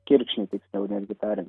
kirkšnį tiksliau netgi tariant